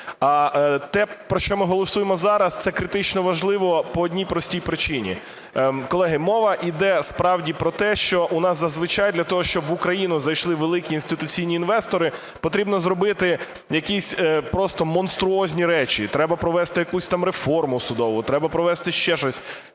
Те, про що ми голосуємо зараз, це критично важливо по одній простій причині. Колеги, мова іде справді про те, що у нас зазвичай для того, щоб в Україну зайшли великі інституційні інвестори, потрібно зробити якісь просто монструозні речі. Треба провести якусь там реформу судову, треба провести ще щось.